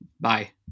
Bye